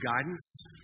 guidance